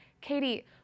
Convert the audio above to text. Katie